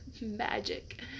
magic